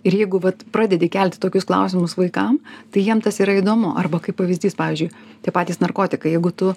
ir jeigu vat pradedi kelti tokius klausimus vaikam tai jiem tas yra įdomu arba kaip pavyzdys pavyzdžiui tie patys narkotikai jeigu tu